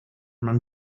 man